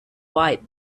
white